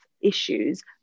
issues